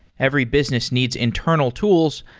every business needs internal tools,